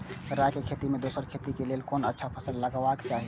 राय के खेती मे दोसर खेती के लेल कोन अच्छा फसल लगवाक चाहिँ?